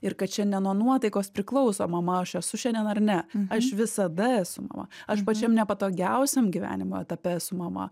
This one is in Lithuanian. ir kad čia ne nuo nuotaikos priklauso mama aš esu šiandien ar ne aš visada esu mama aš pačiam nepatogiausiam gyvenimo etape su mama